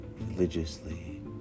religiously